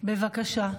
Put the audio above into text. עטאונה, בבקשה.